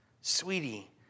Sweetie